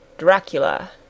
Dracula